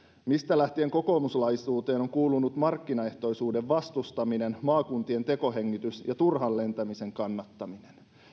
mistä lähtien kokoomuslaisuuteen on on kuulunut markkinaehtoisuuden vastustaminen maakuntien tekohengitys ja turhan lentämisen kannattaminen